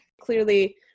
Clearly